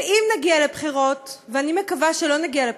ואם נגיע לבחירות, ואני מקווה שלא נגיע לבחירות,